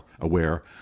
aware